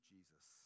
Jesus